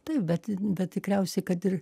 taip bet bet tikriausiai kad ir